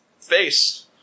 face